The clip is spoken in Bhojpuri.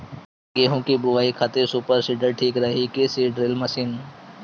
गेहूँ की बोआई खातिर सुपर सीडर ठीक रही की सीड ड्रिल मशीन?